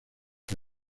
que